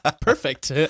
perfect